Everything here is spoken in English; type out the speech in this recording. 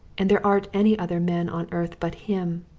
and there aren't any other men on earth but him!